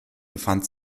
befand